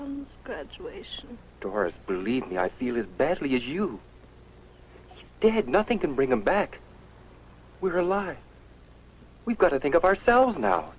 hurt believe me i feel as badly as you did had nothing can bring him back we rely we've got to think of ourselves now